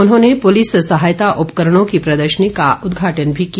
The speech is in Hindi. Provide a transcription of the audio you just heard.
उन्होंने पुलिस सहायता उपकरणों की प्रदर्शनी का उद्घाटन भी किया